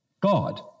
God